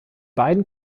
beiden